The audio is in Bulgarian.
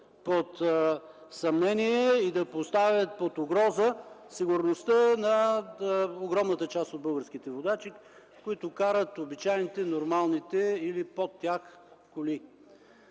под съмнение и под угроза сигурността на огромната част от българските водачи, които карат обичайните, нормалните или под тях коли.